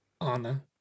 Anna